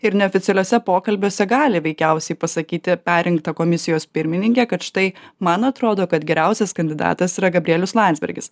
ir neoficialiuose pokalbiuose gali veikiausiai pasakyti perrinkta komisijos pirmininkė kad štai man atrodo kad geriausias kandidatas yra gabrielius landsbergis